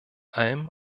allem